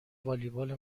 والیبال